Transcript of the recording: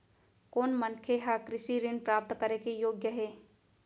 कोन मनखे ह कृषि ऋण प्राप्त करे के योग्य हे?